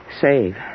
Save